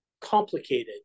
complicated